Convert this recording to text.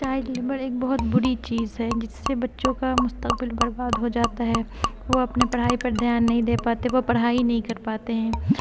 child labour بری چیز ہے جس سے بچوں کا مستقبل برباد ہو جاتا ہے وہ اپنے پڑھائی پر دھیان نہیں دے پاتے وہ پڑھائی نہیں کر پاتے ہیں